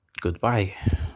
goodbye